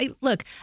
Look